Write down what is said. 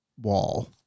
wall